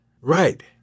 Right